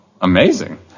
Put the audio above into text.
amazing